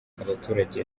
abaturage